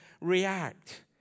react